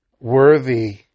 worthy